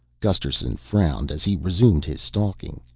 gusterson frowned as he resumed his stalking.